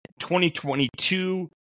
2022